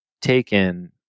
taken